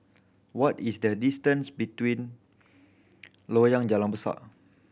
what is the distance between Loyang Jalan Besar